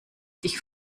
dich